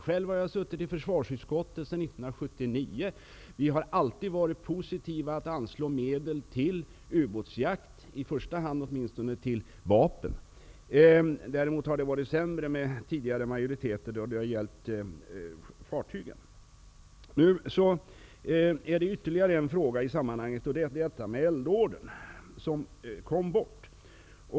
Själv har jag suttit i försvarsutskottet sedan 1979, där vi alltid varit positiva till att anslå medel till ubåtsjakt, i första hand åtminstone till vapen. Däremot har det varit sämre ställt under tidigare majoriteter då det har gällt fartygen. I detta sammanhang vill jag nämna ytterligare en fråga som handlar om eldordern som kom bort.